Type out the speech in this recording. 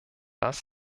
das